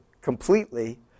completely